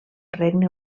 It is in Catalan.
regne